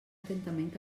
atentament